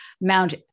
mount